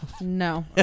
No